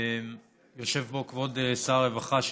יושב פה כבוד שר הרווחה,